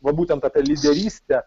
va būtent apie lyderystę